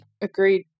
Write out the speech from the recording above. Agreed